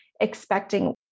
expecting